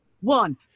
one